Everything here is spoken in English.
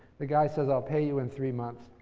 the guy says, i'll pay you in three months.